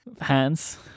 hands